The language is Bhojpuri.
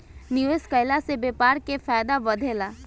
निवेश कईला से व्यापार के फायदा बढ़ेला